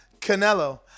Canelo